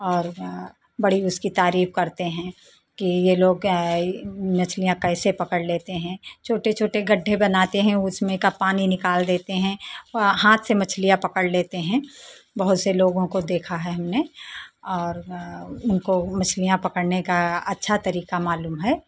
और बड़ी उसकी तारीफ करते हैं कि ये लोग मछलियां कइसे पकड़ लेते हैं छोटे छोटे गढ्ढे बनाते हैं उसमें का पानी निकाल देते हैं ओ हाथ से मछलियां पकड़ लेते हैं बहुत से लोगों को देखा है हमने और उनको मछलियां पकड़ने का अच्छा तरीका मालूम है